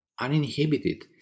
uninhibited